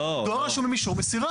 דואר רשום עם אישור מסירה.